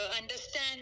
understand